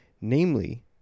namely